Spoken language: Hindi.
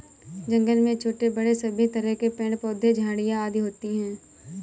जंगल में छोटे बड़े सभी तरह के पेड़ पौधे झाड़ियां आदि होती हैं